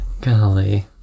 Golly